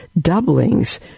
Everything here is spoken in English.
doublings